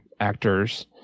actors